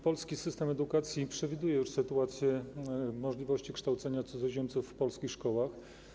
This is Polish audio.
Polski system edukacji przewiduje już sytuację, jeśli chodzi o możliwość kształcenia cudzoziemców w polskich szkołach.